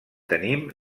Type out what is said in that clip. tenim